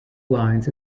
lines